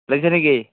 লৈছ নেকি